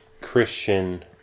Christian